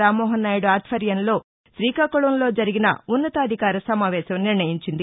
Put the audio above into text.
రామ్మోహన్ నాయుడు ఆధ్వర్యంలో శ్రీకాకుళం జిల్లాలో జరిగిన ఉన్నతాధికార సమావేశం నిర్ణయించింది